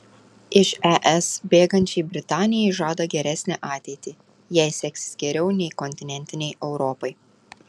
iš es bėgančiai britanijai žada geresnę ateitį jai seksis geriau nei kontinentinei europai